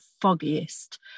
foggiest